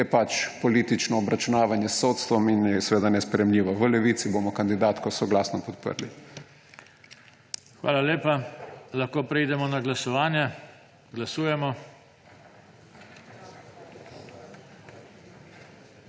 je pač politično obračunavanje s sodstvom in je seveda nesprejemljivo. V Levici bomo kandidatko soglasno podprli. PODPREDSEDNIK JOŽE TANKO: Hvala lepa. Lahko preidemo na glasovanje? Glasujemo.